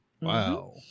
Wow